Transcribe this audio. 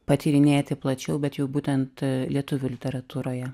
patyrinėti plačiau bet jau būtent lietuvių literatūroje